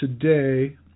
today